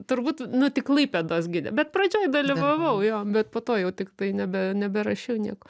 turbūt nu tik klaipėdos gide bet pradžioj dalyvavau jo bet po to jau tik tai nebe neberašiau nieko